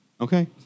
Okay